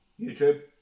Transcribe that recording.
YouTube